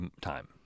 time